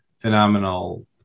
phenomenal